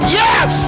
yes